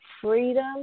freedom